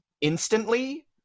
instantly